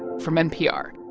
from npr